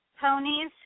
ponies